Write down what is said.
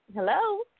Hello